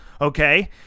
Okay